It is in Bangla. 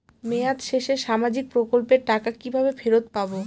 মেয়াদ শেষে সামাজিক প্রকল্পের টাকা কিভাবে ফেরত পাবো?